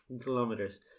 kilometers